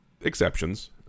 exceptions